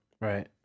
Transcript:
Right